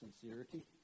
sincerity